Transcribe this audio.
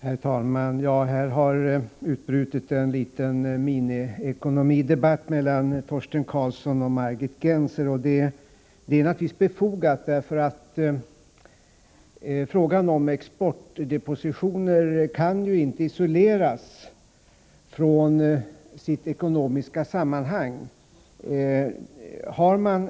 Herr talman! Här har utbrutit en mini-ekonomidebatt mellan Torsten Karlsson och Margit Gennser. Det är naturligtvis befogat, för frågan om exportdepositioner kan inte isoleras från sitt ekonomiska sammanhang.